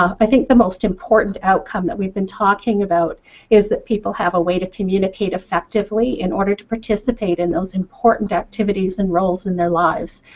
i think the most important outcome that we've been talking about is that people have a way to communicate effectively in order to participate in those important activities and roles in their lives.